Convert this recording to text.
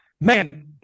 man